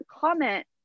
comment